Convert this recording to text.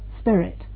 spirit